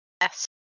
Yes